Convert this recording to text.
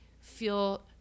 feel